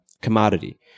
commodity